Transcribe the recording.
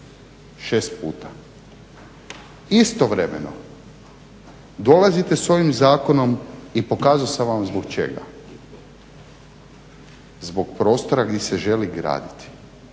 6 puta. Istovremeno dolazite s ovim zakonom i pokazao sam vam zbog čega. Zbog prostora gdje se želi graditi.